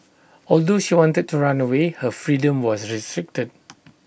although she wanted to run away her freedom was restricted